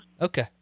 Okay